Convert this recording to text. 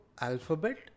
Alphabet